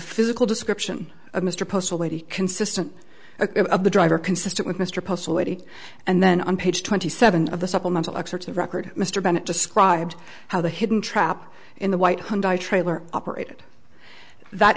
physical description of mr postal lady consistent of the driver consistent with mr postal lady and then on page twenty seven of the supplemental excerpts of record mr bennett described how the hidden trap in the white hyundai trailer operate it that